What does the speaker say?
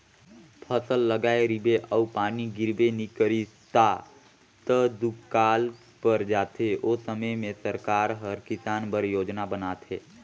फसल लगाए रिबे अउ पानी गिरबे नी करिस ता त दुकाल पर जाथे ओ समे में सरकार हर किसान बर योजना बनाथे